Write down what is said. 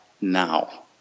now